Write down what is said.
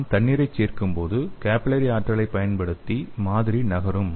நான் தண்ணீரைச் சேர்க்கும்போது கேபில்லரி ஆற்றலை பயன்படுத்தி மாதிரி நகரும்